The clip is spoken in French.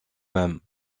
même